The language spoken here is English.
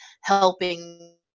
helping